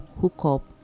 hookup